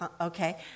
Okay